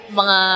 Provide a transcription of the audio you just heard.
mga